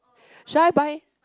should I buy